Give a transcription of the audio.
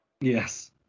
yes